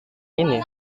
ini